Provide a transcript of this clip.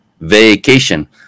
vacation